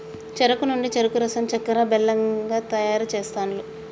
చెరుకు నుండి చెరుకు రసం చెక్కర, బెల్లం తయారు చేస్తాండ్లు